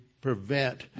prevent